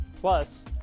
Plus